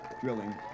drilling